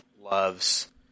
loves